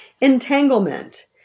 entanglement